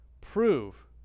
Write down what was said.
prove